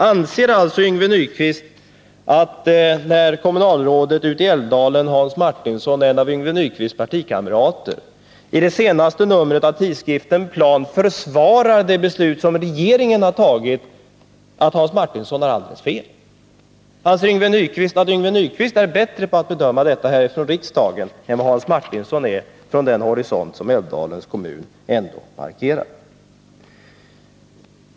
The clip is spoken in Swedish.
Anser alltså Yngve Nyquist att kommunalrådet i Älvdalens kommun, Hans Martinsson, en av Yngve Nyquists partikamrater, som i det senaste numret av tidskriften Plan försvarar det beslut som regeringen har tagit, har alldeles fel? Anser Yngve Nyquist att Yngve Nyquist är bättre på att bedöma detta från riksdagen än vad Hans Martinsson är från Älvdalens horisont?